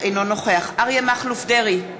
אינו נוכח אריה מכלוף דרעי,